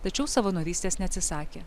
tačiau savanorystės neatsisakė